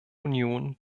union